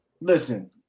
Listen